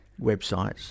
websites